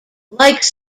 like